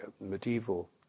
medieval